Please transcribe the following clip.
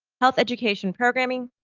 health education programming,